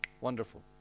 wonderful